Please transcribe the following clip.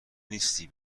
نیستی